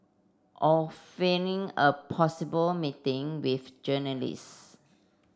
or feigning a possible meeting with journalist